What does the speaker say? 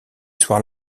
soirs